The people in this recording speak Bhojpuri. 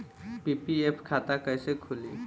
पी.पी.एफ खाता कैसे खुली?